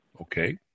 Okay